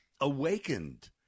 awakened